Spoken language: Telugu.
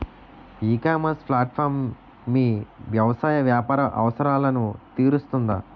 ఈ ఇకామర్స్ ప్లాట్ఫారమ్ మీ వ్యవసాయ వ్యాపార అవసరాలను తీరుస్తుందా?